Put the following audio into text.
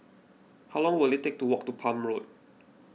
how long will it take to walk to Palm Road